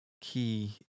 key